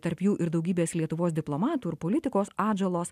tarp jų ir daugybės lietuvos diplomatų ir politikos atžalos